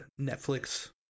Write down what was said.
Netflix